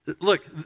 Look